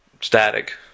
Static